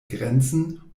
grenzen